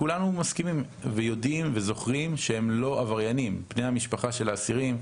כולנו יודעים וזוכרים שבני המשפחה של האסירים הם לא עבריינים.